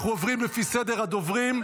אנחנו עוברים לפי סדר הדוברים.